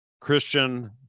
Christian